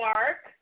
Mark